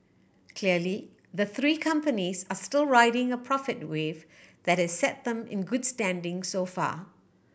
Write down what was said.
clearly the three companies are still riding a profit wave that has set them in good standing so far